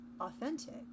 authentic